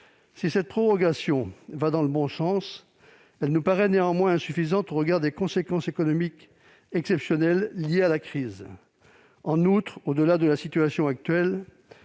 Si cette prorogation va dans le bon sens, elle nous paraît néanmoins insuffisante au regard des conséquences économiques exceptionnelles de la crise. En outre, au-delà de la situation actuelle,